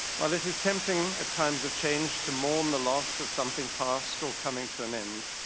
while it is tempting at times of change to mourn the loss of something passed or coming to an end,